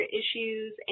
issues